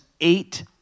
eight